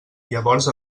llavors